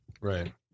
right